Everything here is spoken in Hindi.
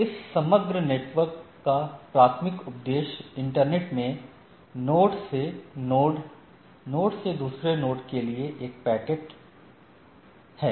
इस समग्र नेटवर्क का प्राथमिक उद्देश्य इंटरनेट में एक नोड से दूसरे नोड के लिए एक पैकेट है